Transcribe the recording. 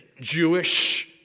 jewish